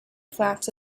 flats